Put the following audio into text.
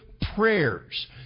prayers